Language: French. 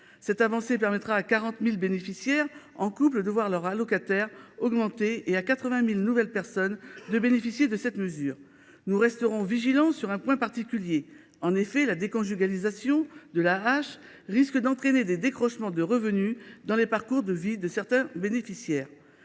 Cette avancée permettra à 40 000 bénéficiaires en couple de voir leur allocation augmenter et à 80 000 nouvelles personnes de bénéficier de cette allocation. Nous resterons vigilants sur un point particulier : en effet, la déconjugalisation de l’AAH risque d’entraîner des décrochements de revenus dans les parcours de vie de certains bénéficiaires.